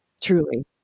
truly